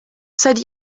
seit